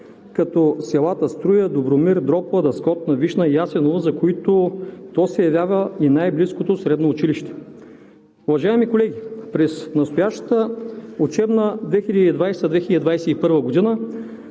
като селата Струя, Добромир, Дропла, Дъскотна, Вишна и Ясеново, за които то се явява и най-близкото средно училище. Уважаеми колеги, през настоящата учебна 2020 – 2021 г.